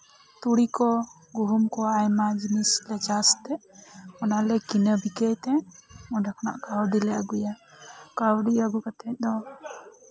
ᱛᱩᱲᱤ ᱠᱚ ᱜᱩᱦᱩᱢ ᱠᱚ ᱟᱭᱢᱟ ᱡᱤᱱᱤᱥᱞᱮ ᱪᱟᱥᱛᱮ ᱚᱱᱟᱞᱮ ᱠᱤᱱᱟᱹ ᱵᱤᱠᱟᱹᱭᱛᱮ ᱚᱸᱰᱮ ᱠᱷᱚᱱᱟᱜ ᱠᱟᱹᱣᱰᱤᱞᱮ ᱟᱹᱜᱩᱭᱟ ᱠᱟᱹᱣᱰᱤ ᱟᱹᱜᱩ ᱠᱟᱛᱮᱜ ᱫᱚ